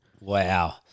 Wow